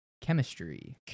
Chemistry